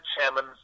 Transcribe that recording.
chairman